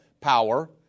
power